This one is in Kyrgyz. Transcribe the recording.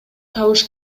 табыш